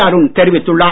அருண் தெரிவித்துள்ளார்